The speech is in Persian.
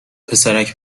پسرک